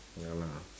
ya lah